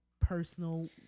personal